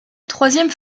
troisième